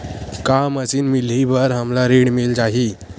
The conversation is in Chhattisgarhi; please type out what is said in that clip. का मशीन मिलही बर हमला ऋण मिल जाही?